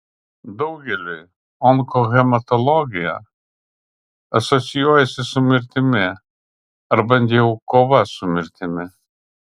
daugeliui onkohematologija asocijuojasi su mirtimi ar bent jau kova su mirtimi